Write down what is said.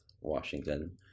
Washington